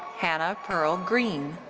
hannah pearl greene.